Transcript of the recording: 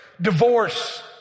divorce